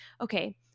Okay